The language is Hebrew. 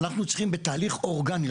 ואנחנו צריכים בתהליך אורגני,